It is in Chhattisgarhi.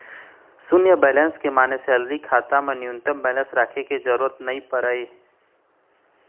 सून्य बेलेंस के माने सेलरी खाता म न्यूनतम बेलेंस राखे के जरूरत नइ परय